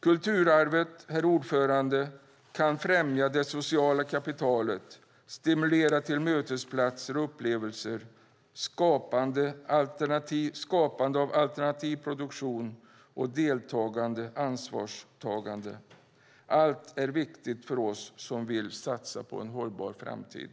Kulturarvet, herr talman, kan främja det sociala kapitalet, stimulera till mötesplatser och upplevelser, skapande av alternativ produktion, deltagande och ansvarstagande. Allt är viktigt för oss som vill satsa på en hållbar framtid.